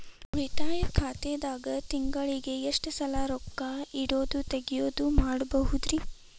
ಉಳಿತಾಯ ಖಾತೆದಾಗ ತಿಂಗಳಿಗೆ ಎಷ್ಟ ಸಲ ರೊಕ್ಕ ಇಡೋದು, ತಗ್ಯೊದು ಮಾಡಬಹುದ್ರಿ?